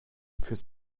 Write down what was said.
fürs